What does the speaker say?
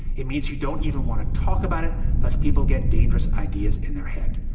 it means you don't even want to talk about it because people get dangerous ideas in their head.